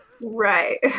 Right